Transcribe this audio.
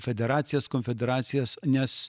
federacijas konfederacijas nes